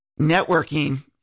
networking